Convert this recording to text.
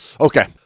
Okay